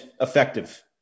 effective